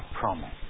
promise